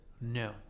no